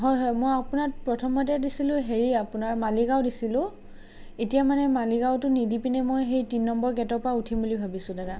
হয় হয় মই আপোনাক প্ৰথমতে দিছিলোঁ হেৰি আপোনাৰ মালিগাঁও দিছিলোঁ এতিয়া মানে মালিগাঁওটো নিদি পিনে মই সেই তিনি নম্বৰ গে'টৰ পৰা উঠিম বুলি ভাবিছোঁ দাদা